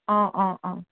অঁ অঁ অঁ